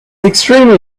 extremely